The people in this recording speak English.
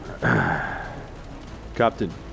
Captain